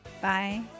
Bye